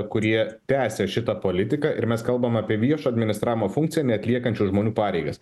kurie tęsė šitą politiką ir mes kalbam apie viešo administravimo funkciją neatliekančių žmonių pareigas